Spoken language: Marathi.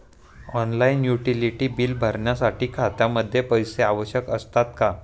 ऑनलाइन युटिलिटी बिले भरण्यासाठी खात्यामध्ये पैसे आवश्यक असतात का?